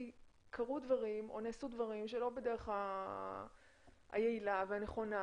קרו או נעשו דברים שלא בדרך היעילה והנכונה,